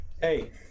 Hey